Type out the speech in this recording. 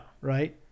Right